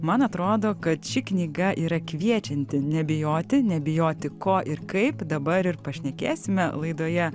man atrodo kad ši knyga yra kviečianti nebijoti nebijoti ko ir kaip dabar ir pašnekėsime laidoje